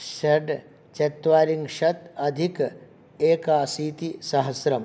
षड् चत्वारिंशत् अधिक एकाशीतिसहस्रम्